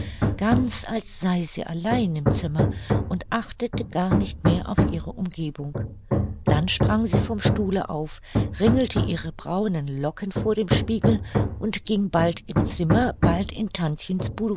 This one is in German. ganz als sei sie allein im zimmer und achtete gar nicht mehr auf ihre umgebung dann sprang sie vom stuhle auf ringelte ihre braunen locken vor dem spiegel und ging bald im zimmer bald in tantchens